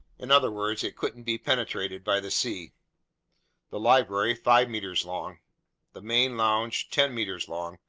in other words, it couldn't be penetrated by the sea the library, five meters long the main lounge, ten meters long,